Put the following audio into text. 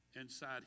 Inside